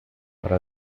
para